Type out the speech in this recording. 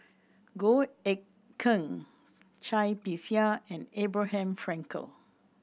Goh Eck Kheng Cai Bixia and Abraham Frankel